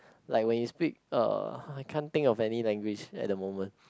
like when you speak uh I can't think of any language at the moment